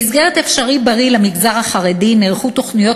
במסגרת "אפשריבריא" למגזר החרדי נערכו תוכניות